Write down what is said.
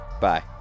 Bye